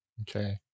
Okay